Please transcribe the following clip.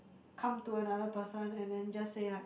come to another person and then just say like